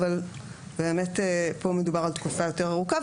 ופה מדובר על תקופה יותר ארוכה.